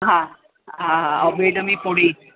हा हा और बेडमी पूड़ी